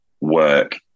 work